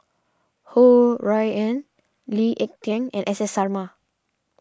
Ho Rui An Lee Ek Tieng and S S Sarma